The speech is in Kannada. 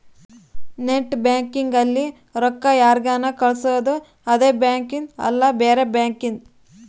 ನೆಟ್ ಬ್ಯಾಂಕಿಂಗ್ ಅಲ್ಲಿ ರೊಕ್ಕ ಯಾರ್ಗನ ಕಳ್ಸೊದು ಅದೆ ಬ್ಯಾಂಕಿಂದ್ ಇಲ್ಲ ಬ್ಯಾರೆ ಬ್ಯಾಂಕಿಂದ್